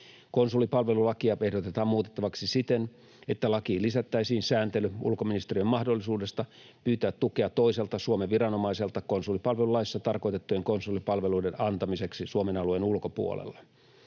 Konsulipalvelulakia ehdotetaan muutettavaksi siten, että lakiin lisättäisiin sääntely ulkoministeriön mahdollisuudesta pyytää tukea toiselta Suomen viranomaiselta konsulipalvelulaissa tarkoitettujen konsulipalveluiden antamiseksi Suomen alueen ulkopuolella.